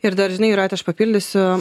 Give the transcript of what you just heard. ir dar žinai jūrate aš papildysiu